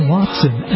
Watson